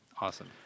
Awesome